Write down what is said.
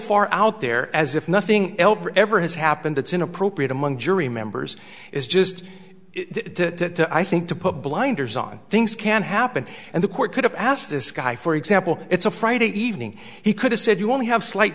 far out there as if nothing ever has happened it's inappropriate among jury members is just that i think to put blinders on things can happen and the court could have asked this guy for example it's a friday evening he could have said you only have slight